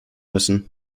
müssen